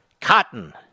Cotton